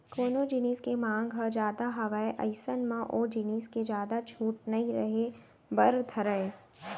कोनो जिनिस के मांग ह जादा हावय अइसन म ओ जिनिस के जादा छूट नइ रहें बर धरय